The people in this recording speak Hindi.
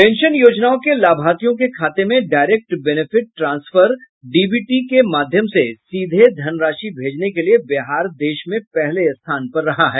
पेंशन योजनाओं के लाभर्थियों के खाते में डायरेक्ट बेनिफीट ट्रांसफर डीबीटी के माध्यम से सीधे धन राशि भेजने के लिये बिहार देश में पहले स्थान पर रहा है